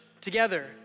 together